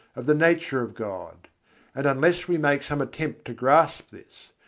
of the nature of god and unless we make some attempt to grasp this,